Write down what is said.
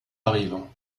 arrivent